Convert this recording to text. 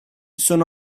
sono